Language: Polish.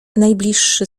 najbliższy